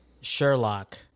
Sherlock